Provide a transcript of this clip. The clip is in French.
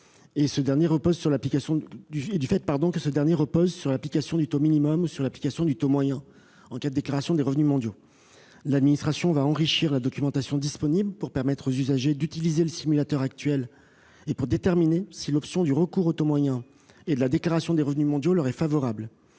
calcul, car celui-ci repose sur l'application du taux minimum ou sur l'application du taux moyen en cas de déclaration des revenus mondiaux. L'administration va enrichir la documentation disponible pour permettre aux usagers d'utiliser le simulateur actuel pour déterminer si l'option du recours au taux moyen et de la déclaration des revenus mondiaux leur est favorable.